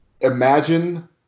imagine